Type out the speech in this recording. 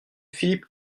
philippe